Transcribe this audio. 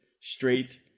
Straight